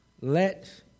let